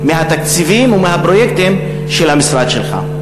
בתקציבים ובפרויקטים של המשרד שלך.